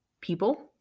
People